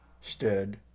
stood